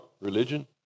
Religion